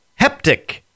heptic